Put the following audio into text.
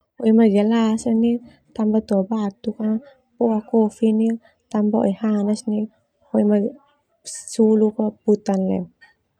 Gelas tambah tuabatuk poa kofi tambah oehanas hoi ma suluk putan leo.